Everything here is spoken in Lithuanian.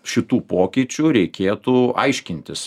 šitų pokyčių reikėtų aiškintis